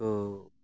ᱠᱚ